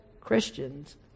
Christians